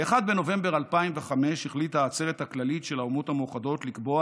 ב-1 בנובמבר 2005 החליטה העצרת הכללית של האומות המאוחדות לקבוע